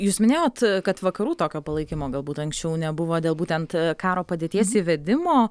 jūs minėjot kad vakarų tokio palaikymo galbūt anksčiau nebuvo dėl būtent karo padėties įvedimo